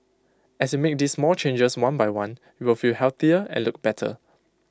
as you make these small changes one by one you will feel healthier and look better